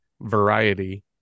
variety